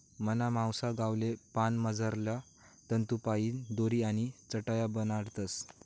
मना मावसा गावले पान मझारला तंतूसपाईन दोरी आणि चटाया बनाडतस